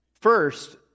First